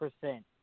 percent